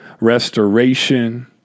restoration